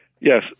Yes